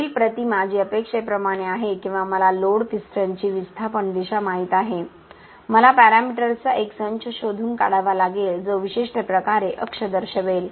वरील प्रतिमा जी अपेक्षेप्रमाणे आहे किंवा मला लोड पिस्टनची विस्थापन दिशा माहित आहे मला पॅरामीटर्सचा एक संच शोधून काढावा लागेल जो विशिष्ट प्रकारे अक्ष दर्शवेल